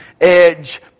edge